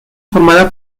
formada